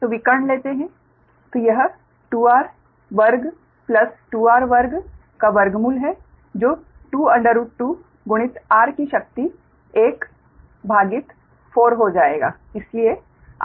तो विकर्ण लेते है तो यह 2 r वर्ग प्लस 2 r वर्ग का वर्गमूल है जो 2√2 गुणित r की शक्ति 1 भागित 4 हो जाएगा